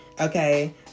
Okay